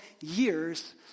years